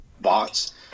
bots